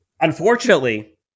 Unfortunately